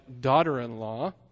daughter-in-law